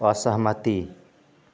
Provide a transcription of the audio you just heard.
असहमति